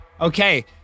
Okay